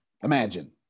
Imagine